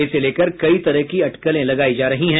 इसे लेकर कई तरह की अटकले लगायी जा रही है